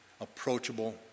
approachable